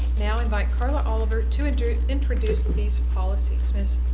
now invite karla oliver to and to introduce these policies. ms.